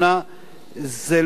זה לא בפריפריה.